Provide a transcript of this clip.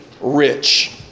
rich